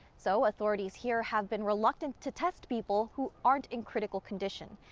so, authorities here have been reluctant to test people who aren't in critical condition.